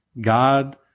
God